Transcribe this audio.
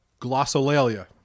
glossolalia